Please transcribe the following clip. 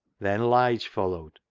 then lige followed,